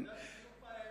אתה יודע בדיוק מה היה